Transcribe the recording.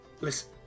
listen